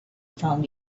found